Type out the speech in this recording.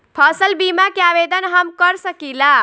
फसल बीमा के आवेदन हम कर सकिला?